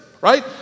right